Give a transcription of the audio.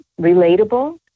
relatable